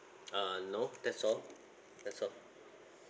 uh no that's all that's all